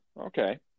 okay